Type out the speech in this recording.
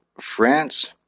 France